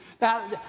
Now